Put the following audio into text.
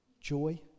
Joy